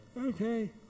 okay